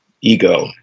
ego